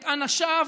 את אנשיו,